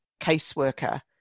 caseworker